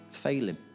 Failing